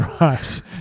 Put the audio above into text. Right